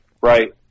Right